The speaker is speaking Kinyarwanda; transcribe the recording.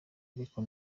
ariko